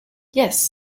yes